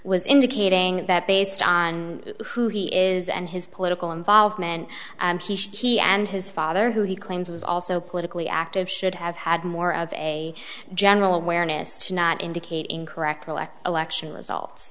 was indicating that based on who he is and his political involvement he and his father who he claims was also politically active should have had more of a general awareness to not indicate in correct election results